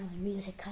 music